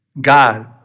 God